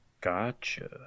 gotcha